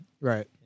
Right